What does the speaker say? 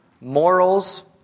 morals